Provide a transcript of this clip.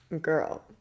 girl